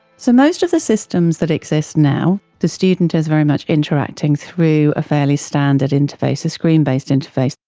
so most of the systems that exist now, the student is very much interacting through a fairly standard interface, a screen based interface.